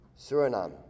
Suriname